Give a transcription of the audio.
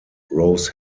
rose